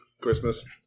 Christmas